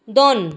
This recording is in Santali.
ᱫᱚᱱ